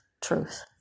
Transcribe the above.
truth